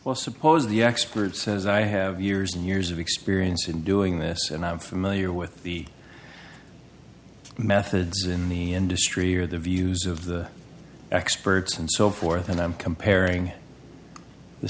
well suppose the expert says i have years and years of experience in doing this and i'm familiar with the methods in the industry or the views of the experts and so forth and i'm comparing the